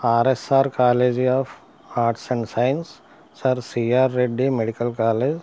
RSR college of arts and science sir CR Reddy medical college